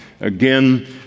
Again